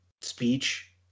speech